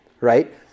right